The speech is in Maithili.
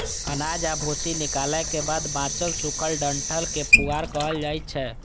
अनाज आ भूसी निकालै के बाद बांचल सूखल डंठल कें पुआर कहल जाइ छै